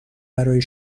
برای